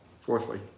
Fourthly